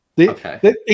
Okay